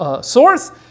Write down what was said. source